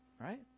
right